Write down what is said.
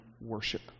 worship